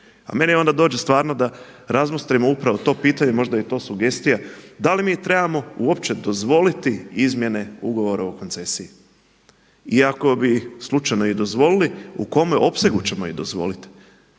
A meni onda dođe stvarno da razmotrimo upravo to pitanje, možda je to sugestija da li mi trebamo uopće dozvoliti izmjene ugovora o koncesiji. I ako bi slučajno i dozvolili u kome opsegu ćemo ih dozvoliti.